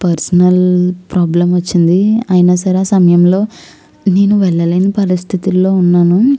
personal problem వచ్చింది అయినా సరే ఆ సమయంలో నేను వెళ్ళలేని పరిస్థితుల్లో ఉన్నాను